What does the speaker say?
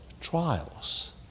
trials